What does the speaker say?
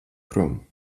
prom